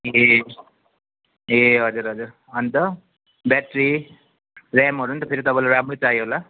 ए ए हजुर हजुर अन्त ब्याट्री ऱ्यामहरू पनि त फेरि तपाईँलाई राम्रो चाहियो होला